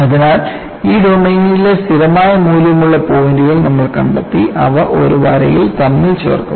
അതിനാൽ ഈ ഡൊമെയ്നിലെ സ്ഥിരമായ മൂല്യമുള്ള പോയിന്റുകൾ നമ്മൾ കണ്ടെത്തി അവ ഒരു വരയിൽ തമ്മിൽ ചേർക്കും